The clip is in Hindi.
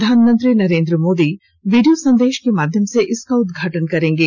प्रधानमंत्री नरेन्द्र मोदी वीडियो संदेश के माध्यम से इसका उद्घाटन करेंगे